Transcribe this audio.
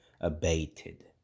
abated